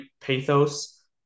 pathos